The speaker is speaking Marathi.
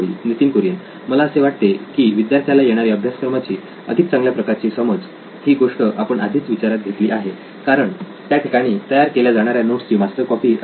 नितीन कुरियन मला असे वाटते की विद्यार्थ्याला येणारी अभ्यासक्रमाची अधिक चांगल्या प्रकारची समज ही गोष्ट आपण आधीच विचारात घेतली आहे कारण त्या ठिकाणी तयार केल्या जाणाऱ्या नोट्सची मास्टर कॉपी असेल